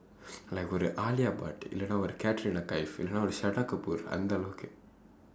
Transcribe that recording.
like ஒரு:oru Alia Bhat இல்லேன்னா ஒரு:illeennaa oru katrina kaif இல்லேன்னா ஒரு:illeennaa oru shraddha kapoor அந்த அளவுக்கு:andtha alavukku